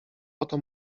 oto